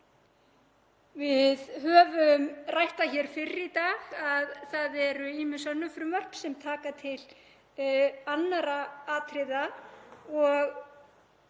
Við höfum rætt það hér fyrr í dag að það eru ýmis önnur frumvörp sem taka til annarra atriða og